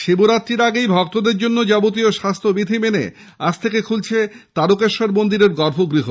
শিবরাত্রের আগেই ভক্তদের জন্য যাবতীয় স্বাস্থ্যবিধি মেনে আজ থেকে খুলছে তারকেশ্বর মন্দিরের গর্ভগৃহ